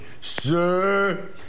sir